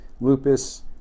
lupus